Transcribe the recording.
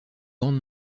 grande